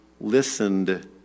listened